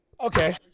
Okay